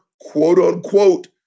quote-unquote